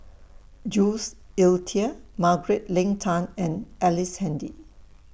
Jules Itier Margaret Leng Tan and Ellice Handy